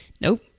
Nope